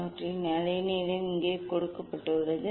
அவற்றின் அலைநீளம் இங்கே கொடுக்கப்பட்டுள்ளது